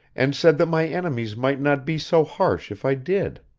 and said that my enemies might not be so harsh if i did.